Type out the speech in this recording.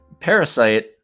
Parasite